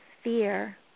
sphere